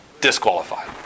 disqualified